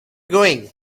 going